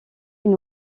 une